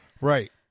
Right